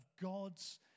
God's